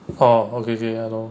orh okay okay ya lor